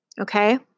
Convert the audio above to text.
Okay